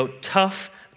tough